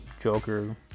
Joker